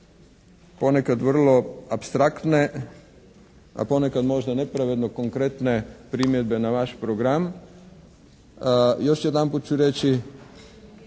ponekad vrlo apstraktne, a ponekad možda nepravedno konkretne primjedbe na vaš program. Još jedanput ću reći